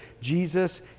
Jesus